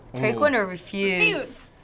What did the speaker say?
take one or refuse.